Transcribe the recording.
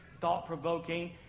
thought-provoking